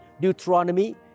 Deuteronomy